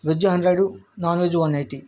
veg hundred non veg one eighty